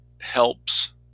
helps